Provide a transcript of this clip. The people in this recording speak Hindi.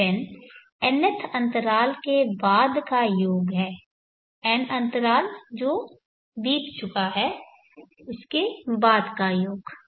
Sn nth अंतराल के बाद का योग है n अंतराल जो बीत चुका है उसके बाद का योग